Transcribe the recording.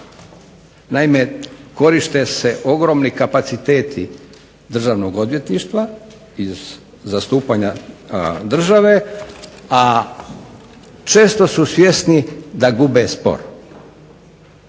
Naime, koriste se ogromni kapaciteti državnog odvjetništva iz zastupanja države, a često su svjesni da gube spor.